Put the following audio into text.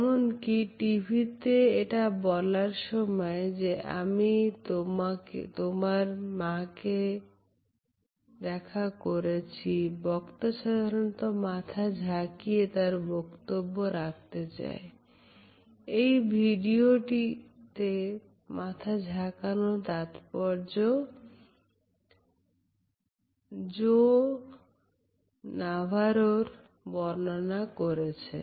যেমন কি টিভিতে এটা বলার সময় যে আমি তোমার মাকে দেখা করেছি বক্তা সাধারণত মাথা ঝাঁকিয়ে তার বক্তব্য রাখতে চাই এই ভিডিওটিতে মাথা ঝাঁকানোর তাৎপর্য জো নাভাররোবর্ণনা করেছেন